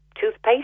toothpaste